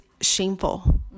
shameful